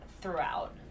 throughout